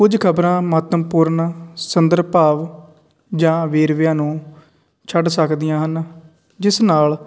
ਕੁਝ ਖ਼ਬਰਾਂ ਮਹੱਤਵਪੂਰਨ ਸੁੰਦਰ ਭਾਵ ਜਾਂ ਵੇਰਵਿਆਂ ਨੂੰ ਛੱਡ ਸਕਦੀਆਂ ਹਨ ਜਿਸ ਨਾਲ